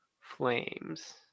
Flames